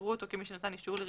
יראו אותו כמי שנתן אישור לרישיון.